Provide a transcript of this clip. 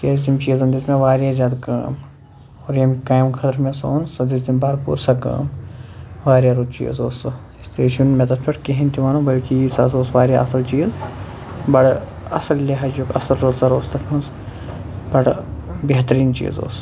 تِکیٛازِ تٔمۍ چیٖزن دِژ مےٚ وارِیاہ زیادٕ کٲم اور ییٚمہِ کامہِ خٲطرٕمےٚ سُہ اوٚن سُہ دِژ تٔمۍ برپور سہ کٲم وارِیاہ رُت چیٖز اوس سُہ اِس لیے چھُنہٕ مےٚ تتھ پٮ۪ٹھ کِہیٖنۍ تہِ وَنُن بٔلکہِ یہِ سُہ ہسا اوس وارِیاہ چیٖز بَڑٕ اصٕل لہجُک اصٕل رٕژر اوس تتھ منٛز بڑٕ بہتریٖن چیٖز اوس